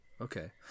Okay